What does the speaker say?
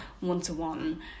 one-to-one